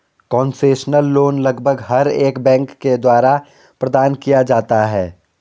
concessional loan लगभग हर एक बैंक के द्वारा प्रदान किया जाता है